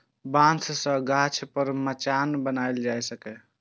बांस सं गाछ पर मचान बनाएल जा सकैए